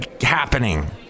happening